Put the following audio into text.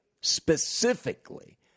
specifically